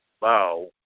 wow